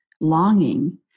longing